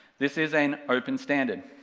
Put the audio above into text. this is an open standard,